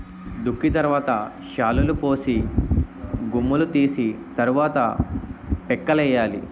దుక్కి తరవాత శాలులుపోసి గుమ్ములూ తీసి తరవాత పిక్కలేయ్యాలి